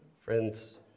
Friends